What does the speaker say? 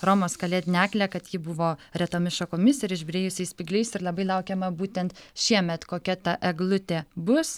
romos kalėdinę eglę kad ji buvo retomis šakomis ir išbyrėjusiais spygliais ir labai laukiama būtent šiemet kokia ta eglutė bus